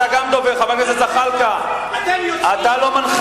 אתה גם דובר, חבר הכנסת זחאלקה.